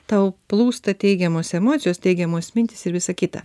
tau plūsta teigiamos emocijos teigiamos mintys ir visa kita